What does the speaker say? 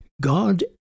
God